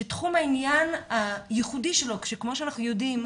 שתחום העניין הייחודי שלו כי כמו שאנחנו יודעים,